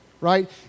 right